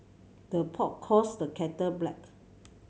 the pot calls the kettle black